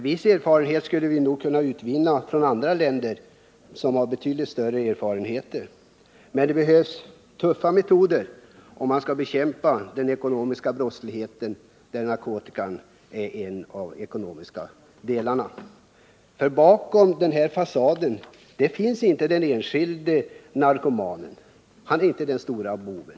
Viss erfarenhet skulle vi nog kunna utvinna från andra länder, som har betydligt större erfarenheter än vi, men det behövs tuffa metoder om man skall bekämpa den ekonomiska brottsligheten, där narkotikan är en av de ekonomiska delarna. Bakom fasaden finns nämligen inte enbart den enskilde narkomanen. Han är inte den stora boven.